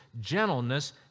gentleness